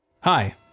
Hi